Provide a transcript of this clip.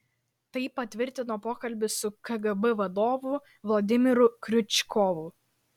tai patvirtino pokalbis su kgb vadovu vladimiru kriučkovu